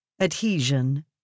Adhesion